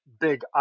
big